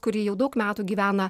kuri jau daug metų gyvena